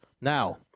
now